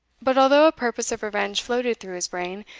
but although a purpose of revenge floated through his brain,